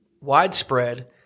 widespread